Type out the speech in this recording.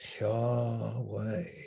Yahweh